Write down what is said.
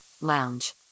lounge